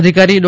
અધિકારી ડો